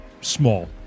small